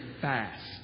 fast